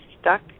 stuck